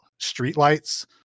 streetlights